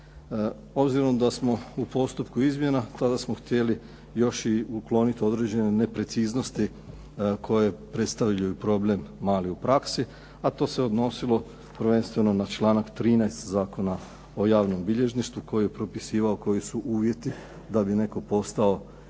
Obzirom da smo u postupku izmjena kao da smo htjeli još ukloniti određene nepreciznosti koje predstavljaju problem mali u praksi, a to se odnosilo prvenstveno na članak 13. Zakona o javnom bilježništvu koji je propisivao koji su uvjeti da bi netko postao bilježnik